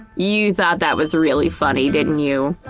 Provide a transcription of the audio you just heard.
you thought that was really funny, didn't you?